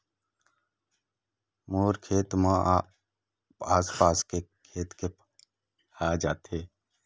मोर खेत म आसपास के खेत के पानी आप जाथे, मोला पानी पलोय के जरूरत नई परे, मोर फसल ल कोनो नुकसान त नई होही न?